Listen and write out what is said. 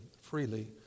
freely